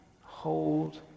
hold